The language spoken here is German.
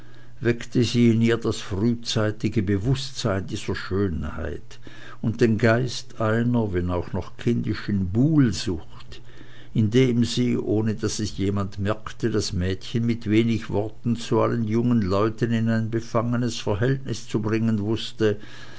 weckte sie in ihr das frühzeitige bewußtsein dieser schönheit und den geist einer wenn auch noch kindischen buhlsucht indem sie ohne daß es jemand merkte das mädchen mit wenigen worten zu allen jungen leuten in ein befangenes verhältnis zu bringen wußte